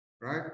right